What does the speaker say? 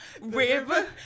river